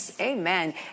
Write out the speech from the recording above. Amen